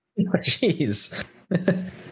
Jeez